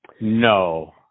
No